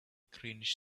greenish